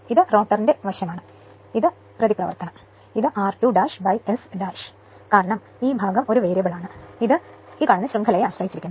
ഇത് റോട്ടർ വശം ആണ് ഇതാണ് പ്രതിപ്രവർത്തനം ഇത് r2 S ആണ് കാരണം ഈ ഭാഗം ഒരു വേരിയബിൾ ഭാഗമാണ് ഇത് ശൃംഖലയെ ആശ്രയിച്ചിരിക്കുന്നു